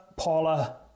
Paula